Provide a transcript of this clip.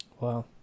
Wow